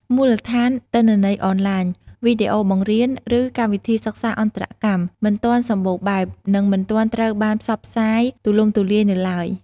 មូលដ្ឋានទិន្នន័យអនឡាញ វីដេអូបង្រៀន ឬកម្មវិធីសិក្សាអន្តរកម្ម មិនទាន់សម្បូរបែប និងមិនទាន់ត្រូវបានផ្សព្វផ្សាយទូលំទូលាយនៅឡើយ។